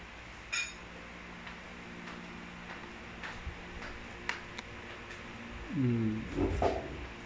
mm